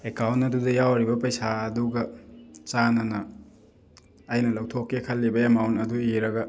account ꯑꯗꯨꯗ ꯌꯥꯎꯔꯤꯕ ꯄꯩꯁꯥ ꯑꯗꯨꯒ ꯆꯥꯟꯅꯅ ꯑꯩꯅ ꯂꯧꯊꯣꯛꯀꯦ ꯈꯜꯂꯤꯕ ꯑꯦꯃꯥꯎꯟ ꯑꯗꯨ ꯏꯔꯒ